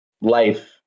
life